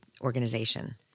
organization